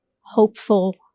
hopeful